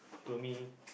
to me